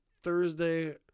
Thursday